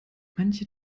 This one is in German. manche